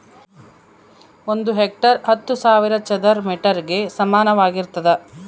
ಒಂದು ಹೆಕ್ಟೇರ್ ಹತ್ತು ಸಾವಿರ ಚದರ ಮೇಟರ್ ಗೆ ಸಮಾನವಾಗಿರ್ತದ